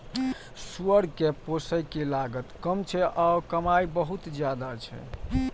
सुअर कें पोसय के लागत कम छै आ कमाइ बहुत ज्यादा छै